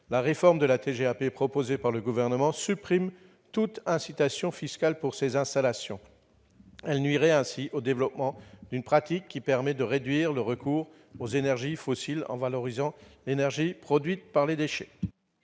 la réforme de la TGAP proposée par le Gouvernement supprime toute incitation fiscale pour ces installations. Elle nuirait ainsi au développement d'une pratique qui permet de réduire le recours aux énergies fossiles en valorisant l'énergie produite par les déchets.